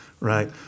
right